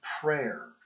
prayer